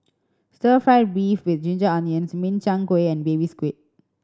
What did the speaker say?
stir fried beef with ginger onions Min Chiang Kueh and Baby Squid